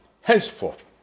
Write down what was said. Henceforth